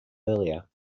earlier